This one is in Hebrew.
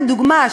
לדוגמה,